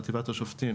חטיבת השופטים,